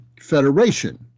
federation